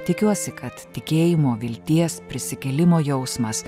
tikiuosi kad tikėjimo vilties prisikėlimo jausmas